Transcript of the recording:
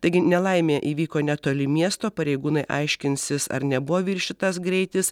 taigi nelaimė įvyko netoli miesto pareigūnai aiškinsis ar nebuvo viršytas greitis